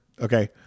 Okay